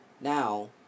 Now